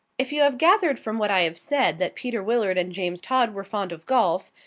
if you have gathered from what i have said that peter willard and james todd were fond of golf,